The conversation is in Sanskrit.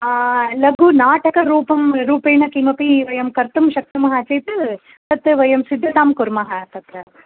लघुनाटकरूपं नाटकरूपेण किमपि कार्यक्रमं कर्तुं शक्नुमः चेत् तत् वयं सिद्धतां कुर्मः तत्र